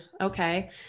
okay